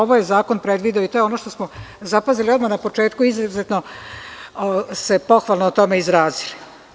Ovo je zakon predvideo i to je ono što smo zapazili odmah na početku, izuzetno se pohvalno o tome izrazio.